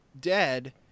dead